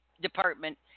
department